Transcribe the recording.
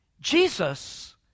Jesus